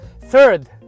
Third